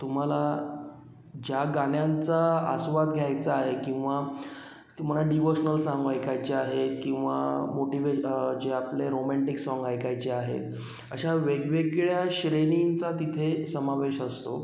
तुम्हाला ज्या गाण्यांचा आस्वाद घ्यायचा आहे किंवा तुम्हाला डिवोशनल साँग ऐकायचे आहे किंवा मोटिवे जे आपले रोमँटिक साँग ऐकायचे आहेत अशा वेगवेगळ्या श्रेणींचा तिथे समावेश असतो